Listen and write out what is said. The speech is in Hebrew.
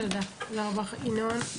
תודה רבה ינון.